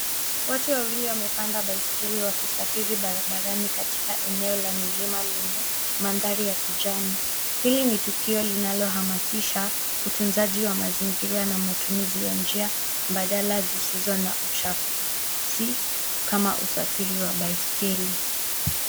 Watu wawili wamepanda baiskeli wakisafiri barabarani katika eneo la milima lenye mandhari ya kijani. Hili ni tukio linalo hamasisha utunzaji wa mazingira na matumizi ya njia mbadala zisizo na uchafu kama usafiri wa baiskeli.